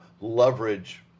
leverage